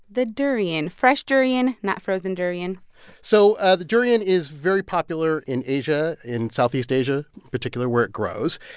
the durian fresh durian, not frozen durian so ah the durian is very popular in asia in southeast asia particular where it grows.